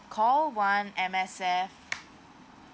call one M_S_F